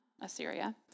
Assyria